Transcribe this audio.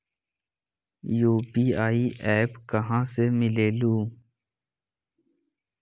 UPI app कहा से मिलेलु?